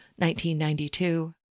1992